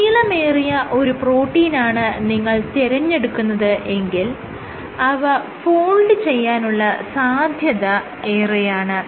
നീളമേറിയ ഒരു പ്രോട്ടീനാണ് നിങ്ങൾ തിരഞ്ഞെടുക്കുന്നത് എങ്കിൽ അവ ഫോൾഡ് ചെയ്യാനുള്ള സാധ്യത ഏറെയാണ്